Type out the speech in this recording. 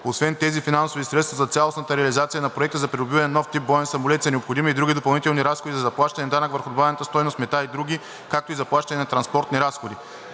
Освен тези финансови средства за цялостната реализация на проекта за придобиване на нов тип боен самолет са необходими и други допълнителни разходи за заплащане на данък върху добавената стойност, мита и други, както и заплащане на транспортни разходи.